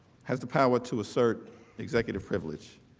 has the power to assert executive privilege